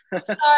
Sorry